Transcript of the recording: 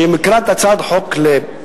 שאם יקרא את הצעת החוק לפרטיה,